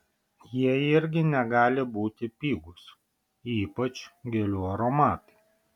jie irgi negali būti pigūs ypač gėlių aromatai